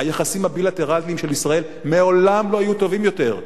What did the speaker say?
היחסים הבילטרליים של ישראל מעולם לא היו טובים יותר,